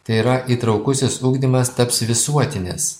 tai yra įtraukusis ugdymas taps visuotinis